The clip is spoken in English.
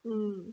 mm